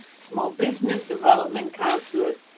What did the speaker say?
small business development counselors.